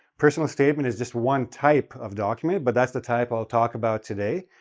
personal statement is just one type of document, but that's the type i'll talk about today.